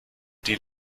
die